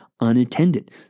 unattended